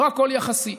לא הכול יחסי.